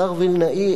השר וילנאי,